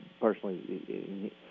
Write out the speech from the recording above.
personally